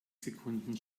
sekunden